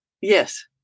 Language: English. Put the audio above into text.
Yes